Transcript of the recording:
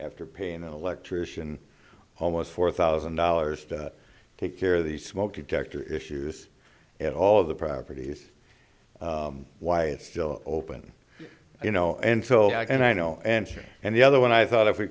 after paying an electrician almost four thousand dollars to take care of the smoke detector issues at all of the properties why it's still open you know and so i don't know answered and the other one i thought if we